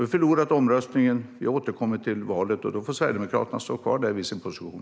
Vi förlorade omröstningen, men vi återkommer i valet, och då får Sverigedemokraterna stå kvar i sin position.